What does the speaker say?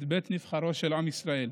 את בית נבחריו של עם ישראל.